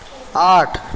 آٹھ